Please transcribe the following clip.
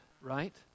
right